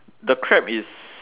the crab is